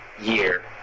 year